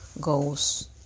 goes